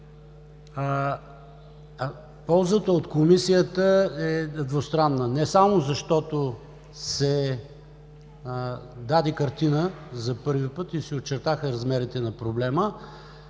Ползата от Комисията е двустранна не само защото се даде картина за първи път и се очертаха размерите на проблема,